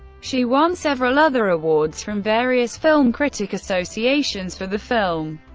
she won several other awards from various film critic associations for the film.